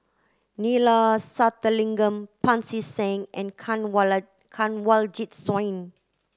Neila Sathyalingam Pancy Seng and Kanwaljit Soin